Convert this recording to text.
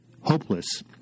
hopeless